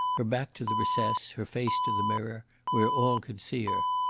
her back to the recess, her face to the mirror, where all could see her.